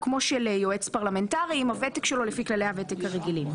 כמו של יועץ פרלמנטרי עם הוותק שלו לפי כללי הוותק הרגילים.